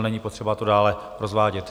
Není potřeba to dále rozvádět.